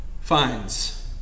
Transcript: finds